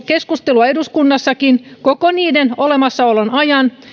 keskustelua eduskunnassakin koko niiden olemassaolon ajan